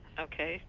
ok,